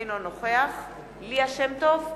אינו נוכח ליה שמטוב,